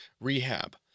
rehab